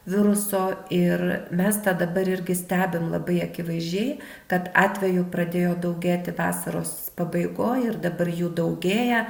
viruso ir mes tą dabar irgi stebim labai akivaizdžiai kad atvejų pradėjo daugėti vasaros pabaigoj ir dabar jų daugėja